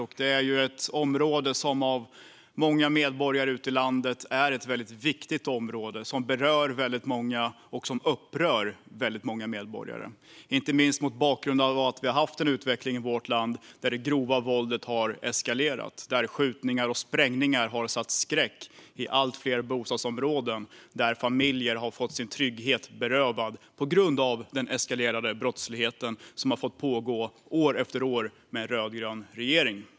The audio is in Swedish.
Det är ett väldigt viktigt område för många medborgare ute i landet, ett område som berör väldigt många och som också upprör väldigt många medborgare - inte minst mot bakgrund av att vi har haft en utveckling i vårt land där det grova våldet har eskalerat, där skjutningar och sprängningar har satt skräck i allt fler bostadsområden och där familjer har blivit berövade sin trygghet på grund av den eskalerade brottslighet som har fått pågå år efter år med en rödgrön regering.